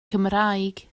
cymraeg